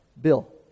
bill